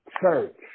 church